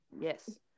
Yes